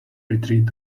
retreat